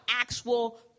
actual